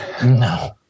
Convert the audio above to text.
No